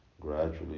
Gradually